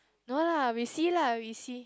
no lah we see lah we see